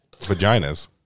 vaginas